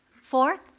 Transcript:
four